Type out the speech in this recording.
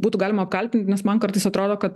būtų galima kaltint nes man kartais atrodo kad